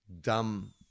dumb